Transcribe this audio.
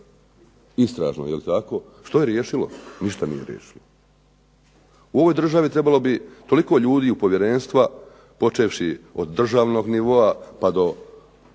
istražno jel tako? Što je riješilo? Ništa nije riješilo. U ovoj državi trebalo bi toliko ljudi u povjerenstva, počevši od državnog nivoa pa do